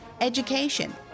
education